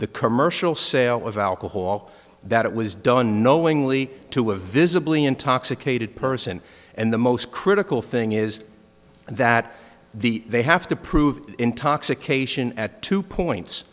the commercial sale of alcohol that it was done knowingly to a visibly intoxicated person and the most critical thing is that the they have to prove intoxication at two points